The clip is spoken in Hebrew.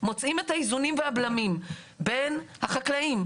מוצאים את האיזונים והבלמים בין החקלאים,